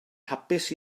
hapus